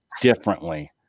differently